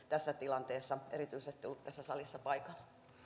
tässä tilanteessa ollut tässä salissa paikalla